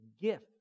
gift